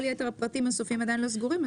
יתר הפרטים הסופיים עדיין לא סגורים.